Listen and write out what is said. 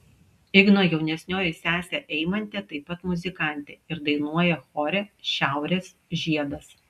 igno jaunesnioji sesė eimantė taip pat muzikantė ir dainuoja chore šiaurės žiedas